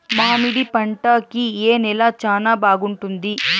మామిడి పంట కి ఏ నేల చానా బాగుంటుంది